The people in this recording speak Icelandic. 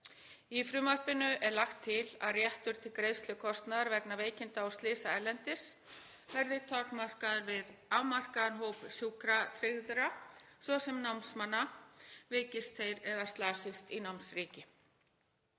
Í frumvarpinu er lagt til að réttur til greiðslu kostnaðar vegna veikinda og slysa erlendis verði takmarkaður við afmarkaðan hóp sjúkratryggðra, svo sem námsmanna, veikist þeir eða slasist í námsríki.